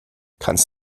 kannst